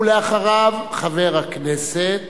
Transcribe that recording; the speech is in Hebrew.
אחריו, חבר הכנסת